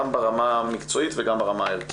גם ברמה המקצועית וגם ברמה הערכית.